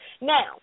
Now